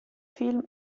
film